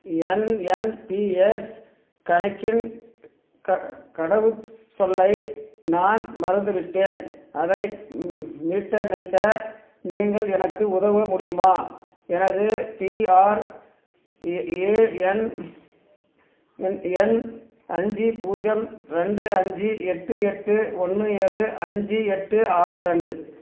என் N P S கணக்கின் க கடவு சொல்லை நான் மறந்துவிட்டேன் அதை மீ மீட்டமைக்க நீங்கள் எனக்கு உதவ முடியுமா எனது பிஆர்ஏஎன் எண் எண் அஞ்சு பூஜ்ஜியம் ரெண்டு அஞ்சு எட்டு எட்டு ஒன்று ஏழு அஞ்சு எட்டு ஆறு ரெண்டு